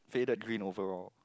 faded green overall